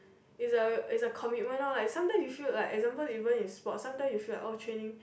is a is a commitment lor like sometimes you feel like example even in sport sometimes you feel like oh training